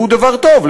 והוא דבר טוב,